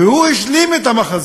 והוא השלים את המחזה.